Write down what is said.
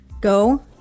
Go